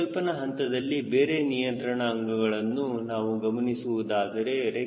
ಪರಿಕಲ್ಪನಾ ಹಂತದಲ್ಲಿ ಬೇರೆ ನಿಯಂತ್ರಣ ಅಂಗಗಳನ್ನು ನಾವು ಗಮನಿಸುವುದಾದರೆ